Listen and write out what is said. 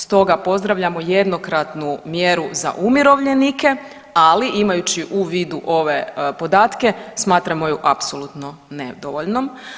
Stoga pozdravljamo jednokratnu mjeru za umirovljenike, ali imajući u vidu ove podatke smatramo ju apsolutno nedovoljnom.